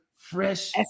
Fresh